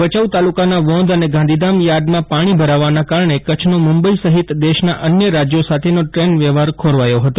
ભયાઉ તાલુકાના વોંધ અને ગાંધીધામ યાર્ડમાં પાણી ભરાવવાના કારણે કચ્છનો મુંબઇ સહિત દેશના અન્ય રાજ્યો સાથેનો ટ્રેન વ્યવહાર ખોરવાયો હતો